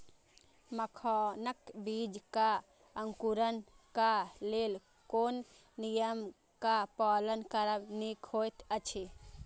मखानक बीज़ क अंकुरन क लेल कोन नियम क पालन करब निक होयत अछि?